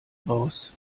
raus